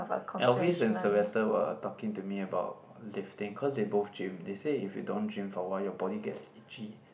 Elvis and Sylvester were talking to me about lifting cause they both gym they say if you don't gym for a while your body gets itchy